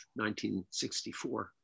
1964